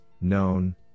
known